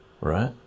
right